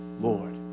Lord